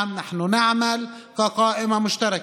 כן, אנחנו עובדים כרשימה משותפת.